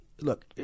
look